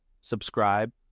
subscribe